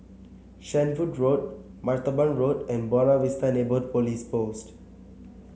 Shenvood Road Martaban Road and Buona Vista Neighbourhood Police Post